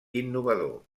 innovador